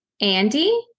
Andy